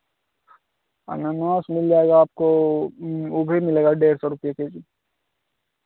अनानास मिल जाएगा आपको वो भी मिलेगा डेढ़ सौ रुपिया के जी